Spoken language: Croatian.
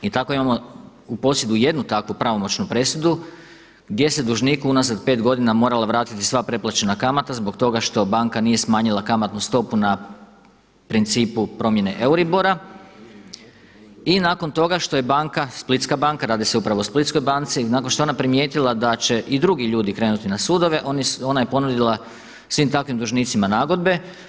I tako imamo u posjedu takvu pravomoćnu presudu gdje se dužniku unazad pet godina morala vratiti sva preplaćena kamata zbog toga što banka nije smanjila kamatnu stopu na principu promjene EURIBOR-a i nakon toga što je Splitska banka, radi se upravo o Splitskoj banci, nakon to je ona primijetila da će i drugi ljudi krenuti na sudove ona je ponudila svim takvim dužnicima nagodbe.